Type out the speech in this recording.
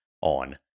on